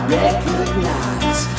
recognize